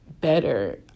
better